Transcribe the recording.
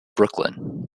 brooklyn